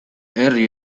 herri